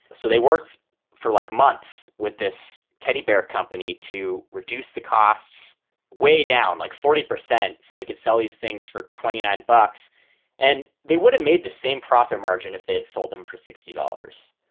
so they worked for like months with this teddy bear company to reduce the costs way down like forty percent. so they could sell these things for twenty nine bucks and they would have made the same profit margin if they had sold them for sixty dollars.